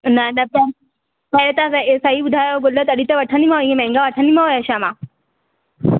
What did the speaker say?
न न त पर हे त तव्हां एॾा सही ॿुधायो गुल तॾी त वठंदीमांव हीअं माहंगा वठंदीमांव छा